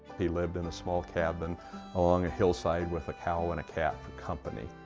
he lived in a small cabin along a hillside with a cow and a cat for company.